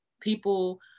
people